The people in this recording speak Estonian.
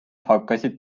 hakkasid